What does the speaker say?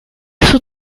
sus